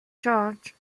charge